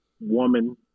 woman